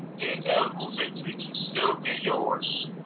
the inevitable victory can still be yours.